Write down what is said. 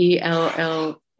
ELL